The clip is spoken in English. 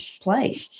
play